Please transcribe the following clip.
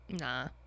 Nah